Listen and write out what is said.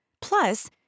Plus